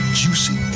juicy